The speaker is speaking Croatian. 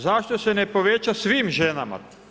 Zašto se ne poveća svim ženama?